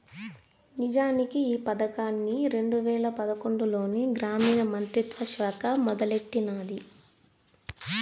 నిజానికి ఈ పదకాన్ని రెండు వేల పదకొండులోనే గ్రామీణ మంత్రిత్వ శాఖ మొదలెట్టినాది